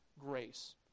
grace